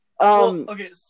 Okay